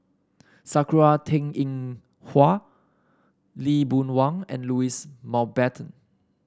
Sakura Teng Ying Hua Lee Boon Wang and Louis Mountbatten